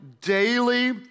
daily